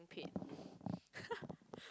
paid